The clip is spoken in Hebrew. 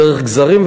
דרך גזרים,